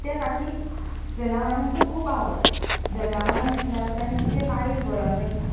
ते काकीक जनावरांचो खूब आवड जनावरां म्हटल्या उपरांत तिचें काळीज बरोन वयता